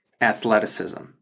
athleticism